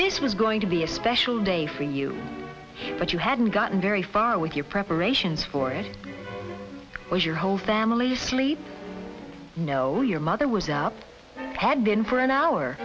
this was going to be a special day for you but you hadn't gotten very far with your preparations for it was your whole family asleep know your mother was up had been for an hour